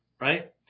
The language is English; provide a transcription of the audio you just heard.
right